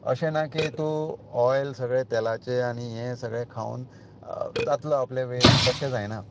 अशें ना की तूं ऑयल सगळें तेलाचे आनी हे सगळें खावन जातलो आपलें वेट तशें जायना